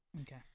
Okay